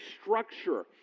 structure